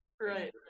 right